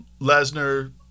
Lesnar